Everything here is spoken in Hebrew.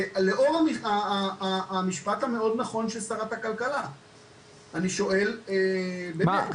ולאור המשפט המאוד נכון של שרת הכלכלה אני שואל באמת,